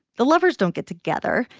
the lovers don't get together.